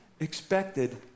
expected